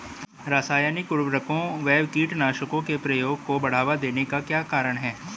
रासायनिक उर्वरकों व कीटनाशकों के प्रयोग को बढ़ावा देने का क्या कारण था?